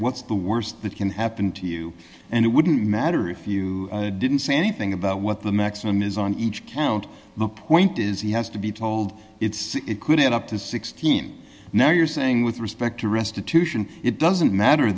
what's the worst that can happen to you and it wouldn't matter if you didn't say anything about what the maximum is on each kid the point is he has to be told it's it could add up to sixteen now you're saying with respect to restitution it doesn't matter